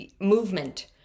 movement